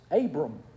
Abram